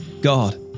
God